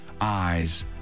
eyes